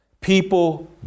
People